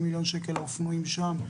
40 מיליון שקל לאופנועים שם,